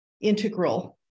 integral